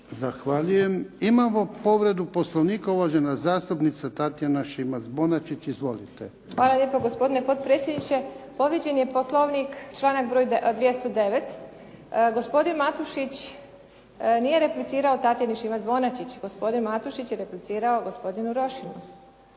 Zahvaljujem. Imamo povredu poslovnika, uvažena zastupnica Tatjana Šimac Bonačić. Izvolite. **Šimac Bonačić, Tatjana (SDP)** Hvala lijepa gospodine potpredsjedniče. Povrijeđen je poslovnik članak 209. Gospodin Matušić nije replicirao Tatjani Šimac Bonačić, gospodin Matušić je replicirao gospodinu Rošinu.